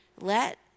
let